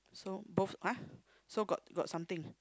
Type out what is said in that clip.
so both !huh! so got got something